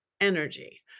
energy